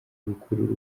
bikurura